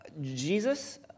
Jesus